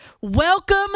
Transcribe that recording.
welcome